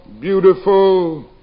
beautiful